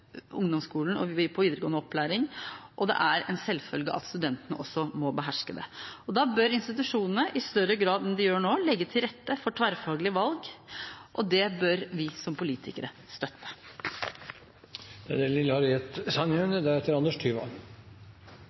ungdomsskolen og på videregående opplæring, og det er en selvfølge at studentene også må beherske det. Da bør institusjonene i større grad enn de gjør nå, legge til rette for tverrfaglige valg, og det bør vi som politikere støtte. Vi i Fremskrittspartiet er